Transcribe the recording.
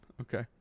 Okay